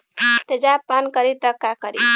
तेजाब पान करी त का करी?